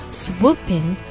swooping